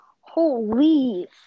Holy